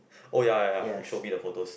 oh ya ya you show me the photos